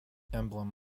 emblem